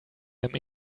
them